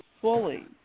fully